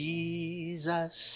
Jesus